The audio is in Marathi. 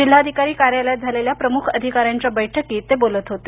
जिल्हाधिकारी कार्यालयात प्रमुख अधिकाऱ्यांच्या बैठकीत ते बोलत होते